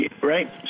Right